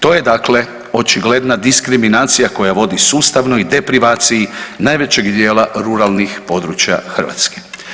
To je dakle očigledna diskriminacija koja vodi sustavno i deprivaciji najvećeg dijela ruralnih područja Hrvatske.